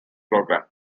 program